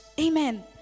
Amen